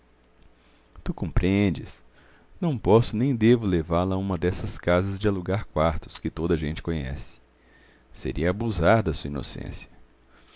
tu compreendes não posso nem devo levá-la a uma dessas casas de alugar quartos que toda a gente conhece seria abusar da sua inocência